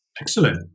Excellent